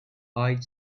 hide